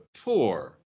poor